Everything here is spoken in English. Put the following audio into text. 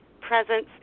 presence